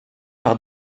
par